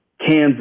Kansas